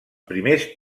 primers